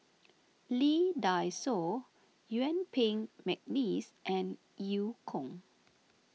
Lee Dai Soh Yuen Peng McNeice and Eu Kong